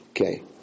Okay